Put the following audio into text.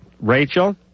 Rachel